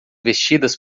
vestidas